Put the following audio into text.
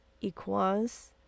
Equals